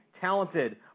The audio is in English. talented